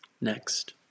Next